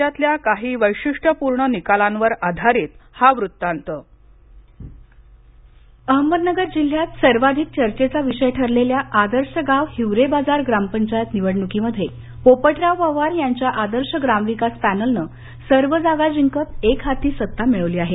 राज्यातल्या काही वैशिष्ट्यपूर्ण निकालांवर आधारित हा वृत्तांत अहमदनगर जिल्ह्यातील सर्वाधिक चर्चेचा विषय ठरलेल्या आदर्श गाव हिवरे बाजार ग्रामपंचायत निवडणूकीमध्ये पोपटराव पवार यांच्या आदर्श ग्रामविकास पॅनलने सर्व जागा जिंकत एकहाती सत्ता मिळवली आहे